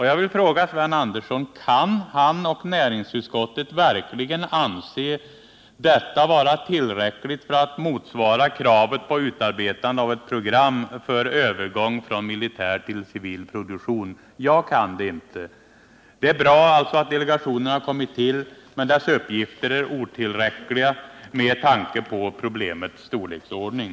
Jag vill fråga Sven Andersson om han och näringsutskottet verkligen kan anse detta vara tillräckligt för att motsvara kravet på utarbetandet av ett program för övergång från militär till civil produktion. Jag kan det inte. Det är bra att delegationen har kommit till, men dess uppgifter är otillräckliga med tanke på problemets storleksordning.